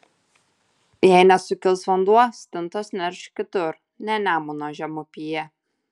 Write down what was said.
jei nesukils vanduo stintos nerš kitur ne nemuno žemupyje